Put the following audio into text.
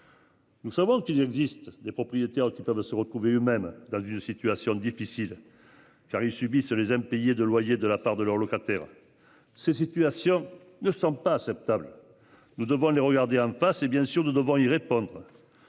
Nous savons qu'il existe des propriétaires qui peuvent se retrouver eux-mêmes dans une situation difficile. Car ils subissent les impayés de loyer de la part de leurs locataires. Ces situations ne sont pas acceptables. Nous devons les regarder en face et bien sûr nous devons y répondre.